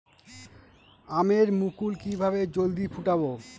আমের মুকুল কিভাবে জলদি ফুটাব?